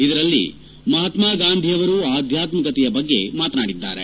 ಇದರಲ್ಲಿ ಮಹಾತ್ನ ಗಾಂಧಿಯವರು ಆಧ್ಯಾತ್ಮಿಕತೆಯ ಬಗ್ಗೆ ಮಾತನಾಡಿದ್ದಾರೆ